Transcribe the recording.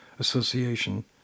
association